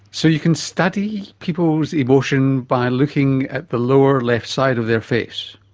so you can study people's emotion by looking at the lower left side of their face?